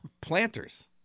Planters